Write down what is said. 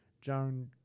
John